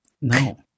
no